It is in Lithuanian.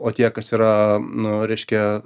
o tie kas yra nu reiškia